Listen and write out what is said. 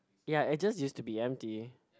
ya it just used to be empty